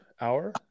hour